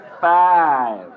five